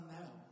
now